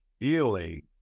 feeling